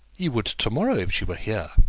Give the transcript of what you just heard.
you would to-morrow, if she were here.